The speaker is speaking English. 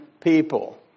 people